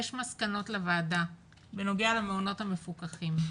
יש מסקנות לוועדה בנוגע למעונות המפוקחים,